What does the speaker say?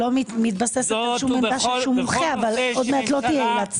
לא תהיה עילת סבירות.